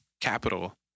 capital